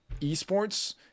eSports